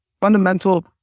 fundamental